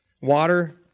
Water